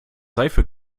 seife